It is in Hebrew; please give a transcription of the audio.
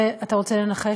ואתה רוצה לנחש,